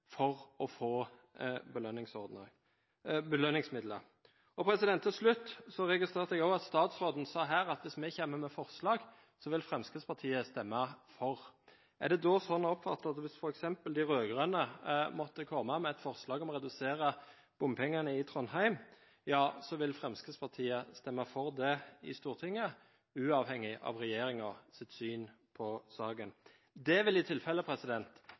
for å få belønningsmidler? Til slutt: Jeg registrerte også at statsråden sa her at hvis vi kommer med forslag, vil Fremskrittspartiet stemme for. Er det da sånn å oppfatte at hvis f.eks. de rød-grønne måtte komme med et forslag om å redusere bompengene i Trondheim, ja så vil Fremskrittspartiet stemme for det i Stortinget uavhengig av regjeringens syn på saken? Det vil i tilfelle